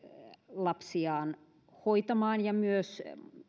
lapsiaan hoitamaan ja myös